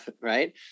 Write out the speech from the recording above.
right